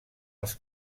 els